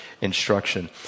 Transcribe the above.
instruction